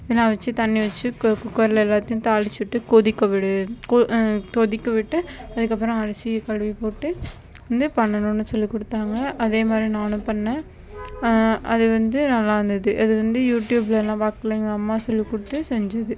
இதுனா வச்சு தண்ணி வச்சு குக்கரில் எல்லாத்தையும் தாளித்து விட்டு கொதிக்க விடு கொதிக்க விட்டு அதுக்கப்றம் அரிசி கழுவி போட்டு வந்து பண்ணணும் சொல்லி கொடுத்தாங்க அதே மாதிரி நானும் பண்ணிணேன் அது வந்து நல்லாயிருந்துது அது வந்து யூடியூப்லலாம் பார்க்கல எங்கள் அம்மா சொல்லி கொடுத்து செஞ்சது